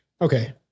Okay